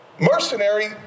mercenary